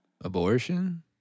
Abortion